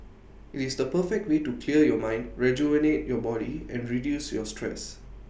IT is the perfect way to clear your mind rejuvenate your body and reduce your stress